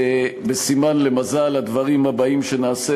בסימן למזל לדברים הבאים שנעשה,